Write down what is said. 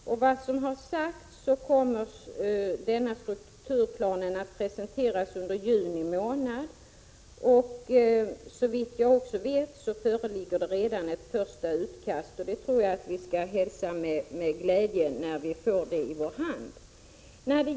Enligt vad som har sagts kommer denna strukturplan att presenteras under juni månad, och såvitt jag förstår föreligger redan ett första utkast. Jag tycker att vi skall hälsa det med glädje när vi får det i vår hand.